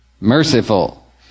merciful